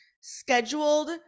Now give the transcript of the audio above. scheduled